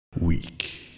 Weak